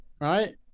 right